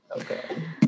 Okay